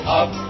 up